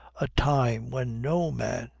a time when no man,